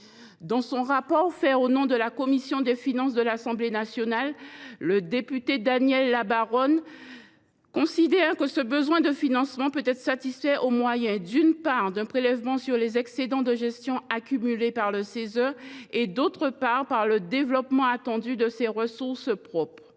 Dans son rapport fait au nom de la commission des finances de l’Assemblée nationale, le député Daniel Labaronne considère que ce besoin de financement « peut être satisfait au moyen, d’une part, d’un prélèvement sur les excédents de gestion accumulés par le Cese et, d’autre part, par le développement attendu de ses ressources propres